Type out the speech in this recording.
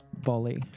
Volley